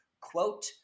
quote